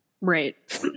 Right